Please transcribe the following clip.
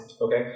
Okay